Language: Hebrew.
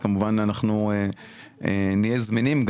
אז אנחנו נהיה זמינים,